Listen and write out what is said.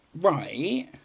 Right